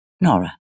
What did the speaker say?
Nora